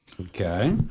Okay